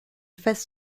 fasse